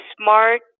smart